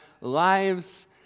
Lives